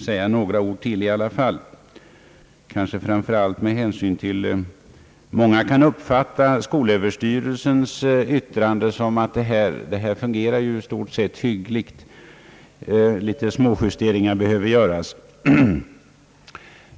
fall säga ytterligare några ord särskilt med hänsyn till att många kan uppfatta skolöverstyrelsens yttrande så, att betygssystemet fungerar i stort sett tillfredsställande och att endast en del småjusteringar behöver göras.